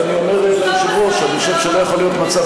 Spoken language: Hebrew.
אבל אני אומר לאדוני היושב-ראש שאני חושב שלא יכול להיות מצב